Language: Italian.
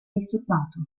disturbato